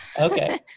Okay